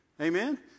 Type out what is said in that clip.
Amen